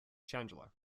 chandler